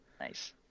Nice